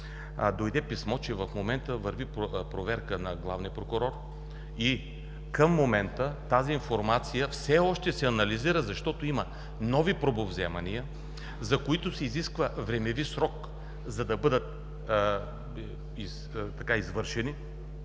Дойде писмо, че в момента върви проверка на главния прокурор и към момента тази информация все още се анализира, защото има нови пробовземания, за които се изисква времеви срок, за да бъдат извършени